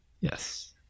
Yes